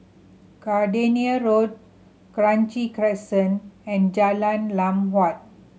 Gardenia Road Kranji Crescent and Jalan Lam Huat